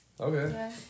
okay